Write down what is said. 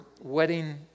wedding